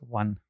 one